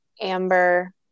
amber